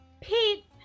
Pete